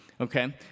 Okay